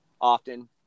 often